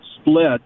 split